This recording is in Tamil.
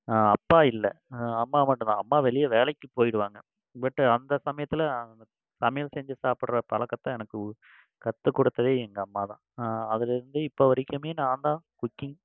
அப்பா இல்லை அம்மா மட்டும் தான் அம்மா வெளியே வேலைக்குப் போயிடுவாங்க பட்டு அந்த சமயத்தில் அந்த சமையல் செஞ்சு சாப்பிட்ற பழக்கத்தை எனக்கு கற்றுக் கொடுத்ததே எங்கள் அம்மா தான் அதில் இருந்து இப்போது வரைக்குமே நான் தான் குக்கிங்